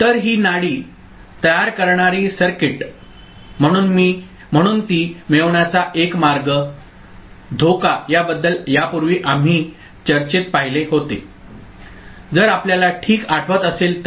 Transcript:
तर ही नाडी पल्स तयार करणारी सर्किट म्हणून ती मिळवण्याचा एक मार्ग धोका याबद्दल यापूर्वी आम्ही चर्चेत पाहिले होते जर आपल्याला ठीक आठवत असेल तर